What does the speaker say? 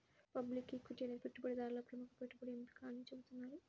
public equity అనేది పెట్టుబడిదారులలో ప్రముఖ పెట్టుబడి ఎంపిక అని చెబుతున్నారు